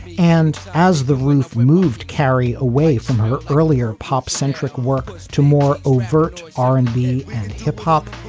and as the roof removed, carey away from her earlier pop centric work to more overt r and b and hip hop,